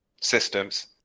systems